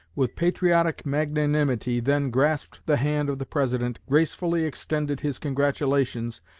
with patriotic magnanimity then grasped the hand of the president, gracefully extended his congratulations,